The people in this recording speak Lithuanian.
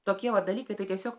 tokie vat dalykai tai tiesiog